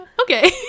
Okay